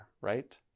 right